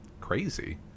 crazy